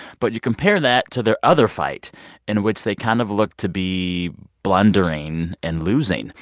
but you compare that to their other fight in which they kind of look to be blundering and losing.